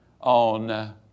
on